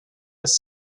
was